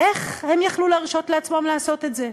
איך הם יכלו להרשות לעצמם לעשות את זה,